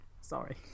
Sorry